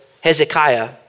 Hezekiah